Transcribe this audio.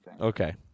Okay